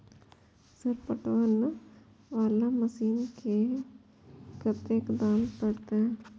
Sir पटवन वाला machine के कतेक दाम परतें?